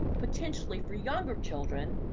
potentially for younger children,